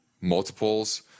multiples